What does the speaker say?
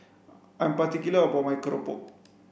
I'm particular about my keropok